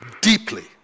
deeply